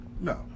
No